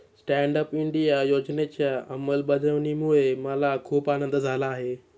stand up India योजनेच्या अंमलबजावणीमुळे मला खूप आनंद झाला आहे